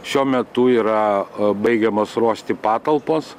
šiuo metu yra baigiamas ruošti patalpos